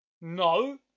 No